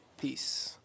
Peace